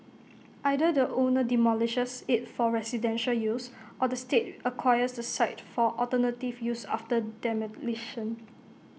either the owner demolishes IT for residential use or the state acquires the site for alternative use after demolition